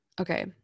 Okay